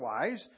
Otherwise